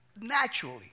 naturally